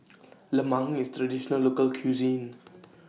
Lemang IS Traditional Local Cuisine